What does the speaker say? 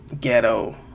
ghetto